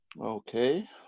Okay